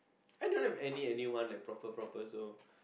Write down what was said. I don't have any any one like proper proper so